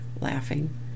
laughing